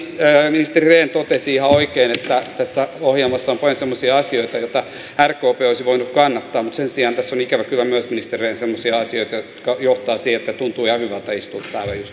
ministeri rehn totesi ihan oikein että tässä ohjelmassa on paljon semmoisia asioita joita rkp olisi voinut kannattaa mutta sen sijaan tässä on ikävä kyllä ministereillä myös semmoisia asioita jotka johtavat siihen että tuntuu ihan hyvältä istua